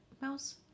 mouse